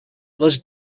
was